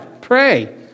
Pray